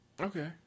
Okay